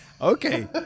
okay